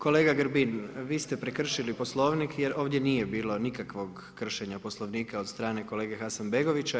Kolega Grbin, vi ste prekršili Poslovnik jer ovdje nije bilo nikakvog kršenja Poslovnika od strane kolege Hasanbegovića.